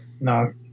No